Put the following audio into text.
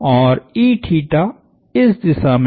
और इस दिशा में है